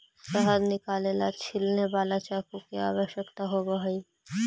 शहद निकाले ला छिलने वाला चाकू की आवश्यकता होवअ हई